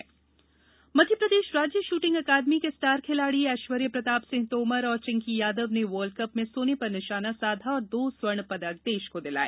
निशानेबाजी इंट्रो मध्य प्रदेश राज्य शूटिंग अकादमी के स्टार खिलाड़ी एश्वर्य प्रताप सिंह तोमर और चिंकी यादव ने वर्ल्डकप में सोने पर निशाना साधा और दो स्वर्ण पदक देश को दिलाए